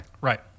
right